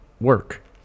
work